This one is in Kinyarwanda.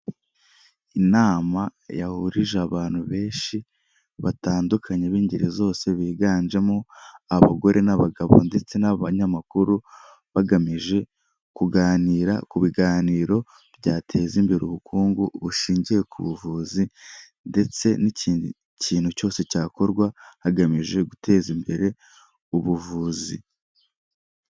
Inama yahurije abantu benshi batandukanye b'ingeri zose biganjemo abagore n'abagabo ndetse n'abanyamakuru, bagamije kuganira ku biganiro byateza imbere ubukungu bushingiye ku buvuzi ndetse n'ikindi kintu cyose cyakorwa hagamijwe guteza imbere ubuvuzi.